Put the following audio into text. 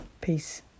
Peace